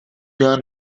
gar